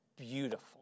beautiful